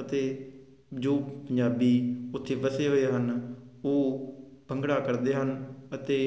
ਅਤੇ ਜੋ ਪੰਜਾਬੀ ਉੱਥੇ ਵਸੇ ਹੋਏ ਹਨ ਉਹ ਭੰਗੜਾ ਕਰਦੇ ਹਨ ਅਤੇ